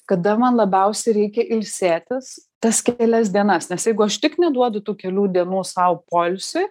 kada man labiausiai reikia ilsėtis tas kelias dienas nes jeigu aš tik neduodu tų kelių dienų sau poilsiui